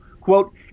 quote